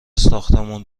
ساختمون